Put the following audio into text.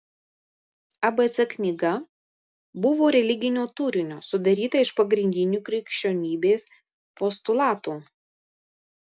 abc knyga buvo religinio turinio sudaryta iš pagrindinių krikščionybės postulatų